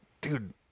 dude